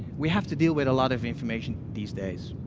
we have to deal with a lot of information these days.